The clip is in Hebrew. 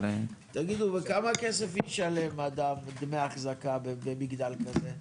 תגידו, וכמה כסף ישלם אדם דמי אחזקה במגדל כזה ?